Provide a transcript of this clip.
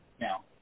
Now